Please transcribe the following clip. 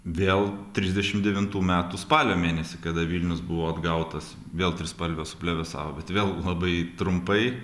vėl trisdešim devintų metų spalio mėnesį kada vilnius buvo atgautas vėl trispalvė suplevėsavo bet vėl labai trumpai